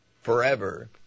forever